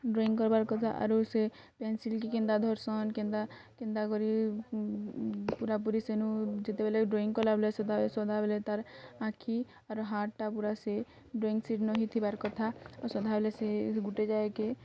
drawing କରିବାର୍ କଥା ଆରୁ ସେ ପେନ୍ସିଲ୍ କେ କେନ୍ତା ଧରୁସନ୍ କେନ୍ତା କେନ୍ତା କରି ପୁରାପୁରି ସେନୁ ଯେତେବେଲେ ଡ଼୍ରଇଁ କଲାବେଲେ ସଦାବେଲେ ସଦାବେଲେ ତାର୍ ଆଖି ଆର୍ ହାତ୍ଟା ପୁରା ସେ ଡ଼୍ରଇଁ ସିଟ୍ ନ ହି ଥିବାର୍ କଥା ଆଉ ସଦାବେଲେ ସେ ଗୁଟେ ଜାଗାକେ